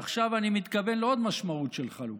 עכשיו אני מתכוון לעוד משמעות של חלוקה,